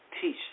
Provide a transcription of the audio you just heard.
teach